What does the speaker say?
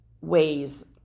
ways